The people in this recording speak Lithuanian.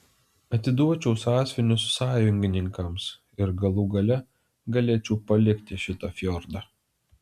atiduočiau sąsiuvinius sąjungininkams ir galų gale galėčiau palikti šitą fjordą